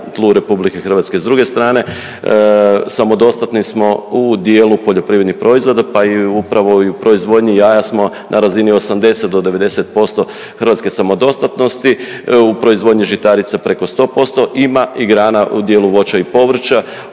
strane, samodostatni smo u dijelu poljoprivrednih proizvoda, pa i upravo i u proizvodnji jaja smo na razini 80 do 90% hrvatske samodostatnosti. U proizvodnji žitarica preko 100%, ima i grana u dijelu voća i povrća